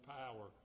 power